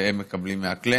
והם מקבלים מה-Claims,